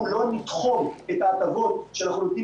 תענה על מה ששאלו אותך בינתיים ואחרי זה נאסוף עוד שאלות.